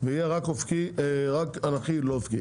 ויהיה רק אנכי לא אופקי.